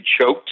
choked